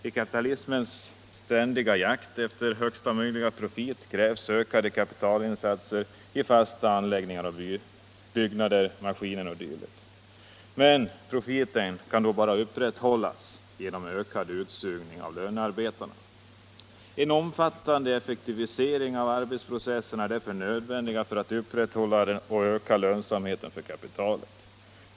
I kapitalisternas ständiga jakt efter högsta möjliga profit krävs ökade kapitalinsatser i fasta anläggningar, byggnader, maskiner o. d. Men profiten kan då bara upprätthållas genom ökad utsugning av lönarbetarna. En omfattande effektivisering av arbetsprocesserna är därför nödvändig för att upprätthålla och öka lönsamheten för kapitalet.